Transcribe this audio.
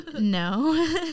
No